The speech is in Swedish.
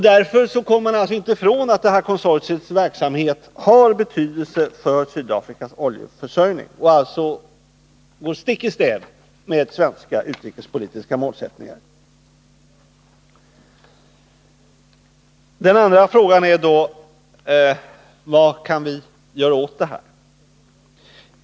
Därför kan man inte bortse ifrån att detta konsortiums verksamhet har betydelse för Sydafrikas oljeförsörjning och alltså går stick i stäv med svenska utrikespolitiska målsättningar. Den andra frågan är då: Vad kan vi göra åt saken?